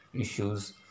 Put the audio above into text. issues